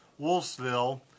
Wolfsville